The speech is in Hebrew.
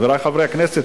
חברי חברי הכנסת,